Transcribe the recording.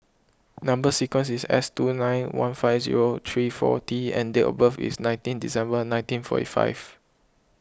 Number Sequence is S two nine one five zero three four T and date of birth is nineteen December nineteen forty five